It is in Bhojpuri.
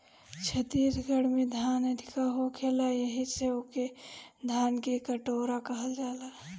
छत्तीसगढ़ में धान अधिका होखेला एही से ओके धान के कटोरा कहल जाला